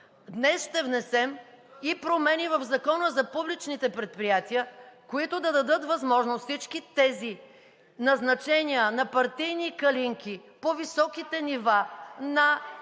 Днес ще внесем и промени в Закона за публичните предприятия, които да дадат възможност всички тези назначения на партийни калинки по високите нива на